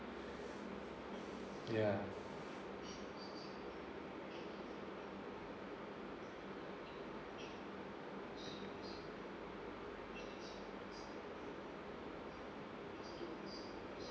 ya